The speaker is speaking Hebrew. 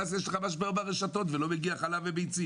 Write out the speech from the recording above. ואז יש משבר ברשתות השיווק ולא מגיעים חלב וביצים.